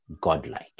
godlike